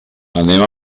anem